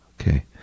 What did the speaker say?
okay